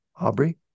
Aubrey